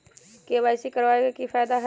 KYC करवाबे के कि फायदा है?